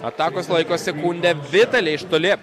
atakos laiko sekundę vitali iš toli